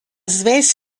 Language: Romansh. svess